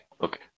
okay